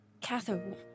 Catherine